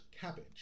Cabbage